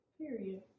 Period